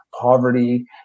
poverty